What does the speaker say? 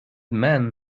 men